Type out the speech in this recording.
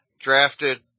drafted